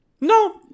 No